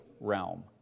realm